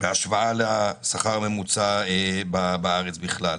בהשוואה לשכר הממוצע בארץ בכלל,